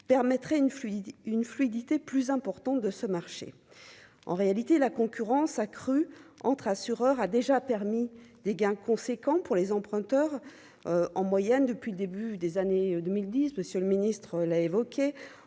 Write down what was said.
une fluide une fluidité plus importante de ce marché en réalité la concurrence accrue entre assureurs a déjà permis des gains conséquents pour les emprunteurs en moyenne depuis le début des années 2010, monsieur le ministre l'a évoqué,